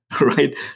right